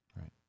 Right